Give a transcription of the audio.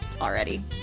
already